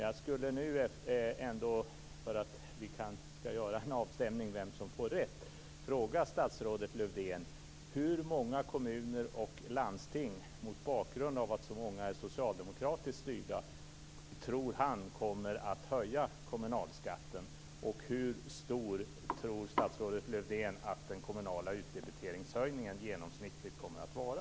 Jag skulle ändå redan nu, för att vi skall kunna stämma av vem som får rätt, vilja fråga statsrådet Lövdén: Hur många kommuner och landsting, mot bakgrund av att så många kommuner är socialdemokratiskt styrda, tror statsrådet kommer att höja kommunalskatten? Hur stor tror statsrådet Lövdén att den kommunala utdebiteringshöjningen genomsnittligt kommer att vara?